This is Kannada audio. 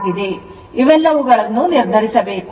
ಆದ್ದರಿಂದ ಇವುಗಳೆಲ್ಲವನ್ನು ನಿರ್ಧರಿಸಬೇಕು